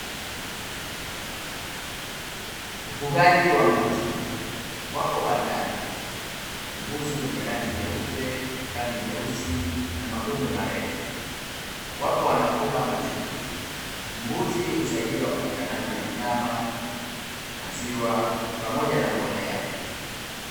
Ufugaji wa mbuzi, wako bandani mbuzi wenye rangi nyeupe, rangi nyeusi na mapembe marefu wapo wanakula mashudu. Mbuzi husaidia upatikanaji wa nyama, maziwa pamoja na mbolea.